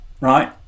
Right